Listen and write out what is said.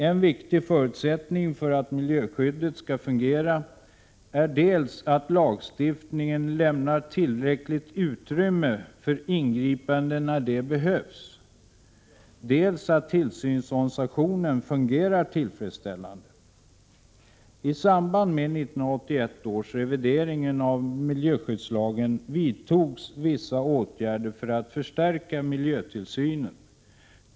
En viktig förutsättning för att miljöskyddet skall fungera är dels att lagstiftningen lämnar tillräckligt utrymme för ingripande när det behövs, dels att tillsynsorganisationen fungerar tillfredsställande. I samband med 1981 års revidering av miljöskyddslagen vidtogs vissa åtgärder för att förstärka miljötillsynen.